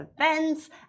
events